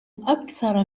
أكثر